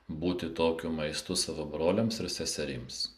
būti tokiu maistu savo broliams ir seserims